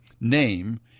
name